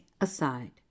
aside